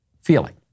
feeling